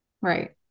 Right